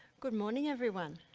good morning, everyone.